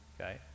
okay